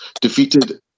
defeated